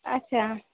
अच्छा